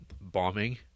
bombing